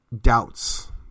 doubts